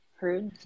heard